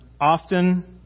often